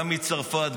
גם מצרפת,